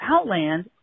Outland